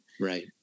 Right